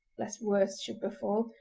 lest worse should befall,